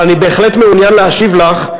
אבל אני בהחלט מעוניין להשיב לך,